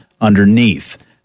underneath